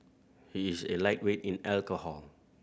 he is a lightweight in alcohol